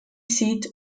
seat